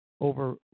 over